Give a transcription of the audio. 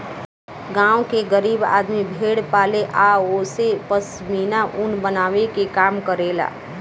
गांव के गरीब आदमी भेड़ पाले आ ओसे पश्मीना ऊन बनावे के काम करेला